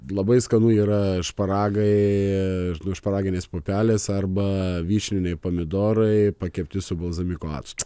labai skanu yra šparagai ir šparaginės pupelės arba vyšniniai pomidorai pakepti su balzamiko actu